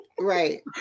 Right